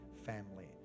family